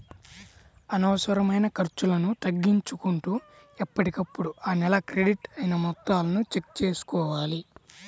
అనవసరమైన ఖర్చులను తగ్గించుకుంటూ ఎప్పటికప్పుడు ఆ నెల క్రెడిట్ అయిన మొత్తాలను చెక్ చేసుకోవాలి